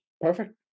Perfect